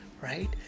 right